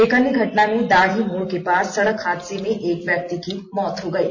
एक अन्य घटना में दाढ़ी मोड़ के पास सड़क हादसे में एक व्यक्ति की मौत हो गयी